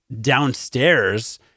downstairs